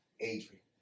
Adrian